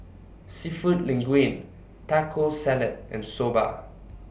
Seafood Linguine Taco Salad and Soba